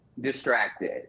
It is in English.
distracted